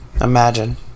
Imagine